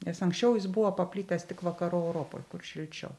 nes anksčiau jis buvo paplitęs tik vakarų europoj kur šilčiau